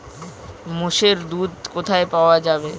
মোষের দুধ কোথায় পাওয়া যাবে?